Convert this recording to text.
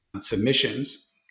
submissions